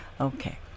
okay